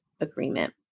agreement